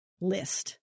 list